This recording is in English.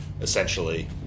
essentially